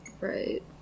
Right